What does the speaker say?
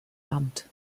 amt